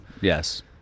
yes